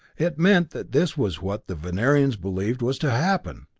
it meant that this was what the venerians believed was to happen!